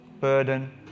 burden